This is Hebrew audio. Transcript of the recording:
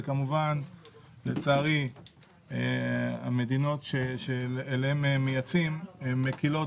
וכמובן לצערי המדינות שאליהן מייצאים מקלות